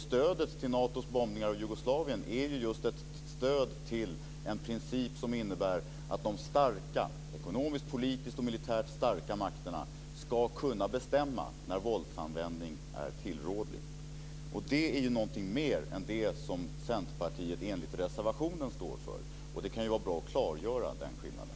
Stödet till Natos bombningar av Jugoslavien är ju ett stöd till en princip som innebär att de ekonomiskt, politiskt och militärt starka makterna ska kunna bestämma när våldsanvändning är tillrådlig. Det är någonting mer än det som Centerpartiet enligt reservationen står för. Det kan vara bra att klargöra den skillnaden.